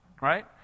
Right